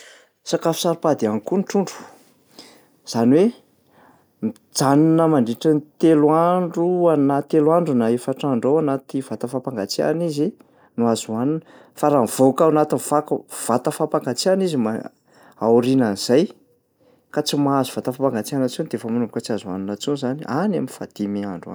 Sakafo saro-pady ihany koa ny trondro, zany hoe mijanona mandritra ny telo andro ana- telo andro na efatra andro eo ao anaty vata fampangatsiahana izy no azo hohanina fa raha mivoaka ao anatin'ny fak- vata fampangatsiahana izy ma- aorianan'zay ka tsy mahazo vata fampangatsiahana intsony de efa manomboka tsy azo hohanina intsony zany any am'fahadimy andro any.